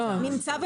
נמצא,